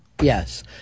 Yes